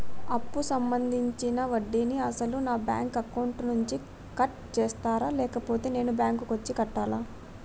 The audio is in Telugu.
అప్పు సంబంధించిన వడ్డీని అసలు నా బ్యాంక్ అకౌంట్ నుంచి కట్ చేస్తారా లేకపోతే నేను బ్యాంకు వచ్చి కట్టాలా?